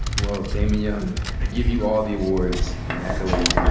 well, damon young, i give you all the awards and accolades, man.